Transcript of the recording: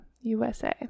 USA